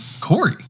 Corey